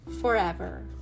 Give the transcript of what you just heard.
forever